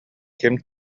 ким